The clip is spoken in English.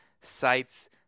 sites